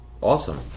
awesome